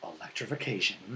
Electrification